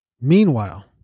Meanwhile